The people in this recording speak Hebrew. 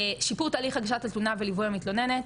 שיפור תהליך הגשת התלונה וליווי המתלוננת,